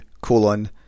colon